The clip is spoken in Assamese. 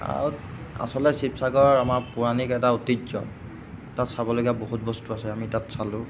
আৰু আচলতে শিবসাগৰ আমাৰ পৌৰানিক এটা ঐতিহ্য তাত চাবলগীয়া বহুত বস্তু আছে তাত আমি চালো